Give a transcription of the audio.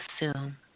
assume